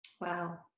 Wow